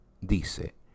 dice